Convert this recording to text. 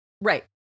Right